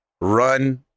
run